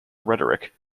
rhetoric